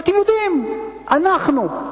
אתם יודעים, "אנחנו".